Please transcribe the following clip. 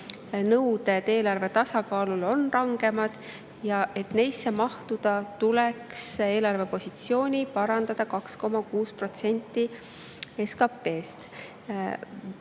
nõuded eelarve tasakaalule on rangemad ja et neisse mahtuda, tuleks eelarve positsiooni parandada 2,6% ulatuses